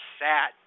sad